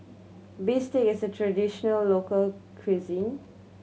bistake is a traditional local cuisine